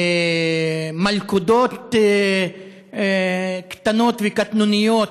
מלכודות קטנות וקטנוניות.